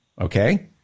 Okay